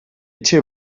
etxe